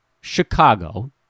Chicago